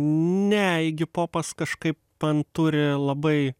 ne igipopas kažkaip turi labai